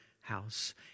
house